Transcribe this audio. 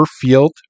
field